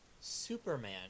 Superman